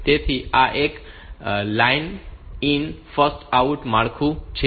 તેથી આ એક લાસ્ટ ઈન ફર્સ્ટ આઉટ માળખું છે